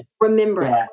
remembering